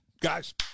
guys